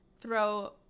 throw